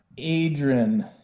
Adrian